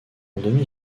demi